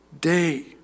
Day